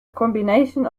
combination